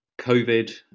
COVID